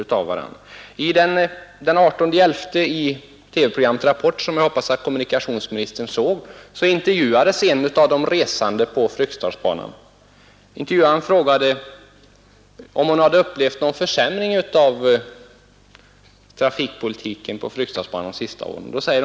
Den 18 november intervjuades i TV-programmet Rapport, som jag hoppas att kommunikationsministern såg, en av de resande på Fryksdalsbanan. Intervjuaren frågade, om hon hade upplevt någon försämring av trafikpolitiken i Fryksdalen de senaste åren.